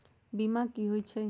बीमा कि होई छई?